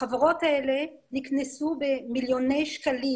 החברות האלה נקנסו במיליוני שקלים